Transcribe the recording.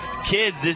kids